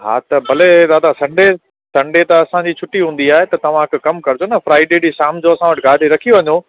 हा त भले दादा संडे संडे त असांजी छुट्टी हूंदी आहे त तव्हां हिक कम कजो न फ़्राइडे ॾींहं शाम जो असां वटि गाॾी रखी वञो